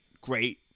great